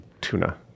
tuna